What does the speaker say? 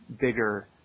bigger